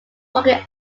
walking